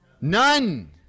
None